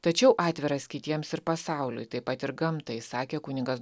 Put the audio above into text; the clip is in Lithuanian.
tačiau atviras kitiems ir pasauliui taip pat ir gamtai sakė kunigas